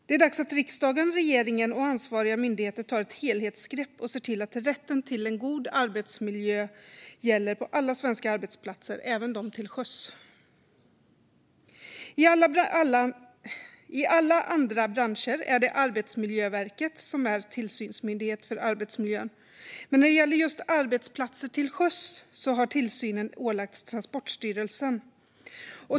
Det är dags att riksdagen, regeringen och ansvariga myndigheter tar ett helhetsgrepp och ser till att rätten till en god arbetsmiljö gäller på alla svenska arbetsplatser, även de till sjöss. I alla andra branscher är det Arbetsmiljöverket som är tillsynsmyndighet för arbetsmiljön. Men när det gäller just arbetsplatser till sjöss har tillsynen ålagts Transportstyrelsen.